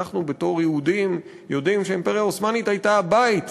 אנחנו בתור יהודים יודעים שהאימפריה העות'מאנית הייתה בית